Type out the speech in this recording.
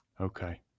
okay